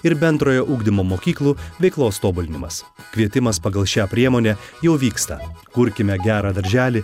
ir bendrojo ugdymo mokyklų veiklos tobulinimas kvietimas pagal šią priemonę jau vyksta kurkime gerą darželį